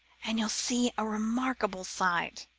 and you'll see a remarkable sight